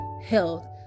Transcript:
health